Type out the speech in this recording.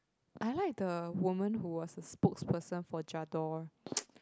I like the woman who was a spokesperson for J'adore